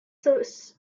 survived